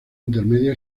intermedia